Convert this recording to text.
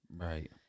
Right